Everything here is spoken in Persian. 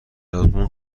آزمون